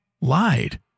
lied